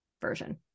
version